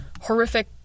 horrific